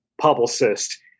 publicist